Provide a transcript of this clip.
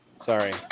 Sorry